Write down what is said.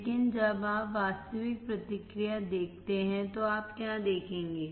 लेकिन जब आप वास्तविक प्रतिक्रिया देखते हैं तो आप क्या देखेंगे